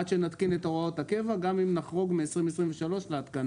שנתקין את הוראות הקבע גם אם נחרוג מ-2023 להתקנה.